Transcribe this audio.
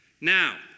Now